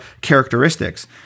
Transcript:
characteristics